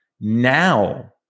Now